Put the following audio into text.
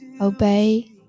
obey